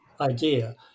idea